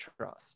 trust